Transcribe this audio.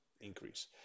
increase